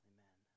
Amen